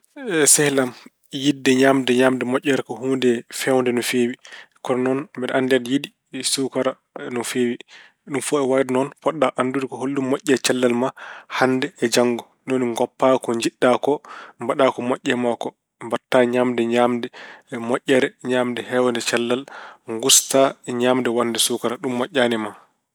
Sehil am, yiɗde ñaamde ñaamde moƴƴere ko huunde feewde no feewi. Kono noon mbeɗa anndi aɗa yiɗi suukara no feewi. Ɗum fof e wayde noon potɗa ko anndude ko hollum moƴƴe cellal ma hannde e janngo. Ni woni ngoppaa ko njiɗɗa koo mbaɗa ko moƴƴee maa ko. Mbaɗta ñaamde ñaamde moƴƴere, ñaamde heewde cellal. Nguustaa, ñaamde waɗde suukara, ɗum moƴƴaani e ma.